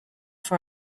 for